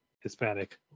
Hispanic